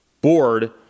board